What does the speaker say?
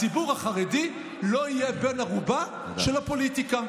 הציבור החרדי לא יהיה בן ערובה של הפוליטיקה.